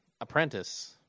apprentice